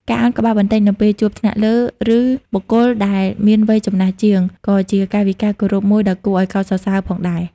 ការឱនក្បាលបន្តិចនៅពេលជួបថ្នាក់លើ ឬបុគ្គលដែលមានវ័យចំណាស់ជាង ក៏ជាកាយវិការគោរពមួយដ៏គួរឲ្យកោតសរសើរដែរ។